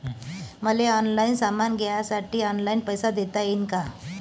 मले ऑनलाईन सामान घ्यासाठी ऑनलाईन पैसे देता येईन का?